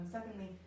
Secondly